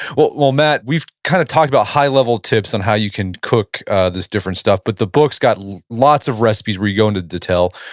well, matt, we've kind of talked about high level tips on how you can cook this different stuff, but the books got lots of recipes where you go into detail.